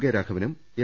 K രാഘവനും L